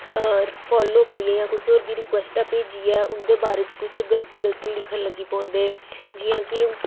कुसे होर गी फालो करियै जां कुसै होर गी रिक्वैस्टां करियै उं'दे बारे च कुछ गल्त गल्त लिखन लग्गी पौंदे जि'यां कि